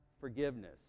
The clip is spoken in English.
forgiveness